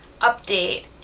update